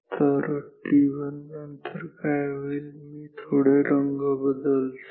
त्यामुळे t1 नंतर काय होईल मी थोडे रंग बदलतो